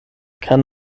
kann